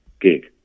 gig